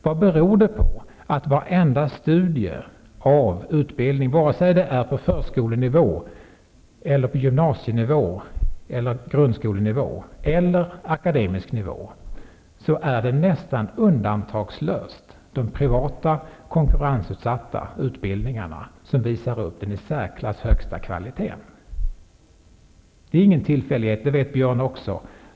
Vad beror det på att i varje studie av utbildningar, vare sig det är på förskole-, grundskole-, gymnasieeller akademisk nivå, är det nästan undantagslöst de privata konkurrensutsatta utbildningarna som visar upp den i särklass högsta kvaliteten? Det är ingen tillfällighet. Det vet Björn Samuelson också.